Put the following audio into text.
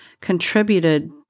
contributed